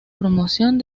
promoción